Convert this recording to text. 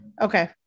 Okay